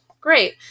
great